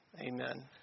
Amen